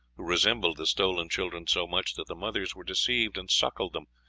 who resembled the stolen children so much that the mothers were deceived and suckled them,